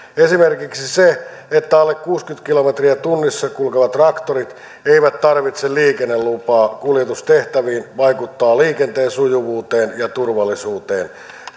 esimerkiksi se että alle kuusikymmentä kilometriä tunnissa kulkevat traktorit eivät tarvitse liikennelupaa kuljetustehtäviin vaikuttaa liikenteen sujuvuuteen ja turvallisuuteen